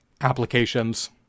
applications